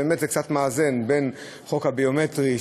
באמת זה קצת מאזן בין חוק הביומטרי,